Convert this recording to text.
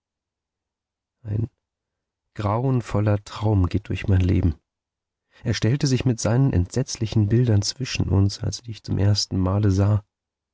ein grauenvoller traum geht durch mein leben er stellte sich mit seinen entsetzlichen bildern zwischen uns als ich dich zum ersten male sah